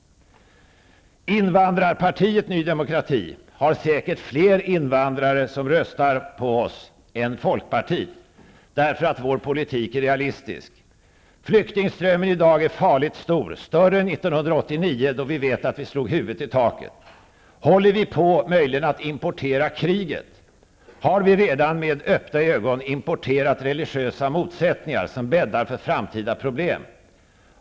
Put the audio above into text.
Invandrarpartiet Ny demokrati får säkert fler röster från invandrare än Folkpartiet, och det är därför att vår politik är realistisk. Flyktingströmmmen i dag är farligt stor, större än 1989 då vi vet att vi slog huvudet i taket. Håller vi på att importera krig? Har vi redan med öppna ögon importerat religiösa motsättningar som bäddar för framtida problem?